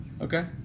Okay